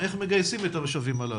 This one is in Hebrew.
איך מגייסים את המשאבים הללו.